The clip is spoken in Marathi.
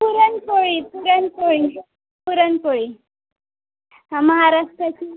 पुरणपोळी पुरणपोळी पुरणपोळी हा महाराष्ट्राची